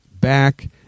back